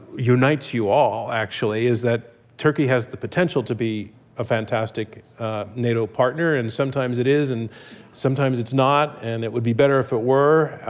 unites you all actually, is that turkey has the potential to be a fantastic nato partner, and sometimes it is, and sometimes it's not, and it would be better if it were,